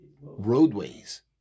roadways